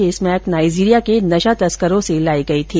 ये smack Nigeria के नशा तस्करों से लाई गई थी